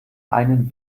einen